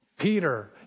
Peter